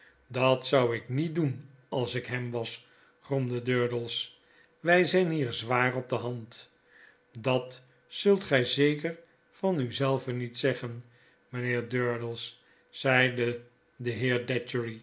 dat zou ik niet doen als ik hem was gromde durdels wij zyn hier zwaar op de hand dat zult gy zeker van u zelven niet zeggen mynheer durdels zeide de